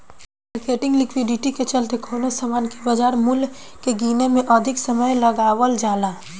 marketing liquidity के चलते कवनो सामान के बाजार मूल्य के गीने में अधिक समय लगावल जाला